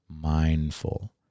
mindful